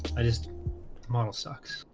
i just model sucks